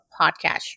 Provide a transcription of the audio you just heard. Podcast